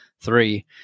three